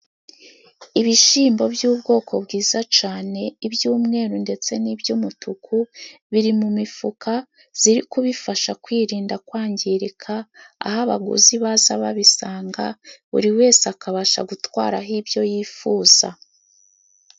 Ibishyimbo by'ubwoko bwiza cane, iby'umweru ndetse n'iby'umutuku, biri mu mifuka ziri kubifasha kwirinda kwangirika, aho abaguzi baza babisanga, buri wese akabasha gutwaraho ibyo yifuza.